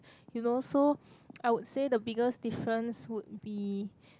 you know so I would say the biggest difference would be